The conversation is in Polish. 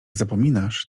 zapominasz